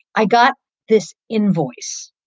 i got this invoice.